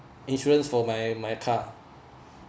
insurance for my my car